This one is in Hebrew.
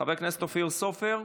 חבר הכנסת אופיר סופר,